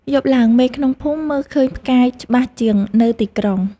យប់ឡើង មេឃក្នុងភូមិមើលឃើញផ្កាយច្បាស់ជាងនៅទីក្រុង។